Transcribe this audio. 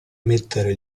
mettere